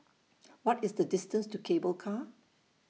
What IS The distance to Cable Car